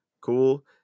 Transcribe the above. cool